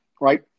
Right